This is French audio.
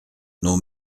nos